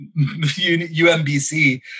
UMBC